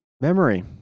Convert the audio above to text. memory